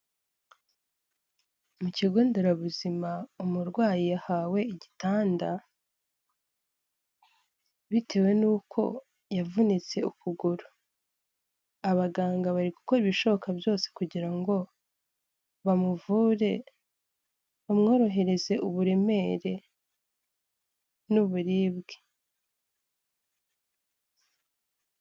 Mu kigo nderabuzima umurwayi yahawe igitanda bitewe n'uko yavunitse ukuguru, abaganga bari gukora ibishoboka byose kugira ngo bamuvure bamworohereze uburemere n'uburibwe,